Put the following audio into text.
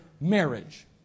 marriage